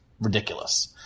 ridiculous